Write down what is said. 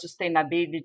sustainability